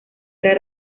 era